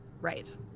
Right